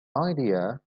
idea